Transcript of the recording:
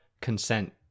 Consent